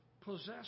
possess